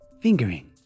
fingering